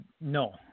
No